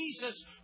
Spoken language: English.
Jesus